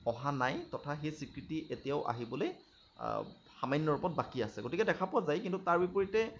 অহা নাই তথা সেই স্ৱীকৃতি এতিয়াও আহিবলৈ সামান্য ৰূপত বাকী আছে গতিকে দেখা পোৱা যায় কিন্তু তাৰ বিপৰীতে